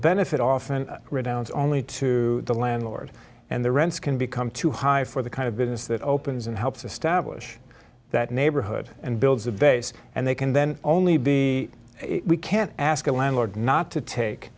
benefit often redounds only to the landlord and the rents can become too high for the kind of business that opens and helps establish that neighborhood and builds a base and they can then only be we can't ask a landlord not to take